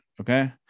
Okay